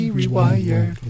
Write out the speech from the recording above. rewired